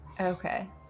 Okay